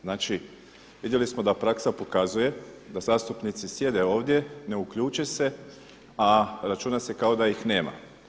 Znači vidjeli smo da praksa pokazuje da zastupnici sjede ovdje, ne uključe se, a računa se kao da ih nema.